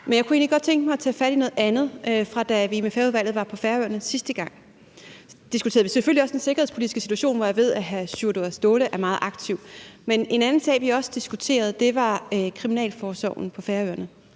Men jeg kunne egentlig godt tænke mig at tage fat i noget andet, nemlig at vi selvfølgelig, da vi var med Færøudvalget på Færøerne sidste gang, diskuterede den sikkerhedspolitiske situation, hvor jeg ved, at hr. Sjúrður Skaale er meget aktiv. Men en anden sag, som vi også diskuterede, var kriminalforsorgen på Færøerne